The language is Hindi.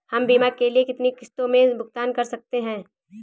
हम बीमा के लिए कितनी किश्तों में भुगतान कर सकते हैं?